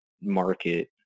market